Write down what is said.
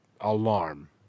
alarm